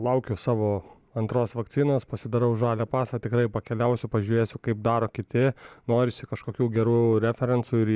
laukiu savo antros vakcinos pasidarau žalią pasą tikrai pakeliausiu pažiūrėsiu kaip daro kiti norisi kažkokių gerų referensų ir